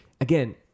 again